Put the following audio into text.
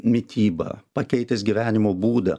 mitybą pakeitęs gyvenimo būdą